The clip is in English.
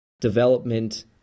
development